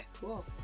Cool